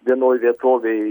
vienoj vietovėj